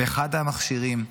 אחד המכשירים,